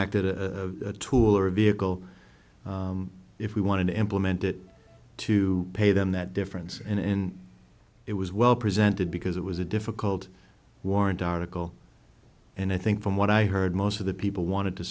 acted a tool or a vehicle if we want to implement it to pay them that difference and in it was well presented because it was a difficult war and article and i think from what i heard most of the people want